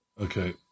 Okay